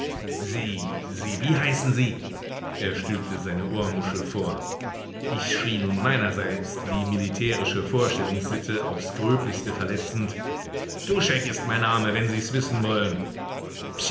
sie sie wie heißen sie er stülpte seine ohrmuschel vor ich schrie nun meinerseits die militärische vorstellungssitte aufs gröblichste verletzend duschek ist mein name wenn sie's wissen wollen